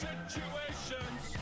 Situations